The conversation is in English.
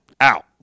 out